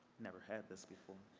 never had this before.